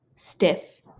stiff